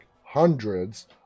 hundreds